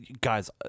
Guys